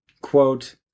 Quote